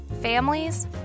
families